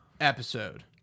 episode